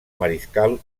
mariscal